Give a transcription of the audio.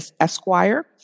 Esquire